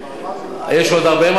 יש עוד הרבה מה לעשות.